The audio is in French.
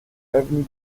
avenue